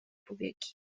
powieki